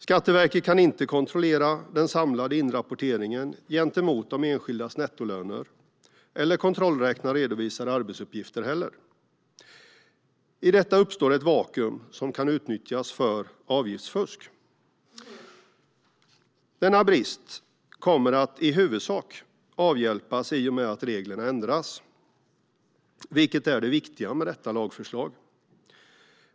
Skatteverket kan inte kontrollera den samlade inrapporteringen gentemot de enskildas nettolöner och inte heller kontrollräkna redovisade arbetsgivaravgifter. I detta uppstår ett vakuum som kan utnyttjas för avgiftsfusk. Denna brist kommer att i huvudsak avhjälpas i och med att reglerna ändras, vilket är det viktiga med detta lagförslag.